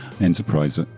enterprise